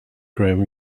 graham